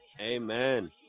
Amen